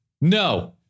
No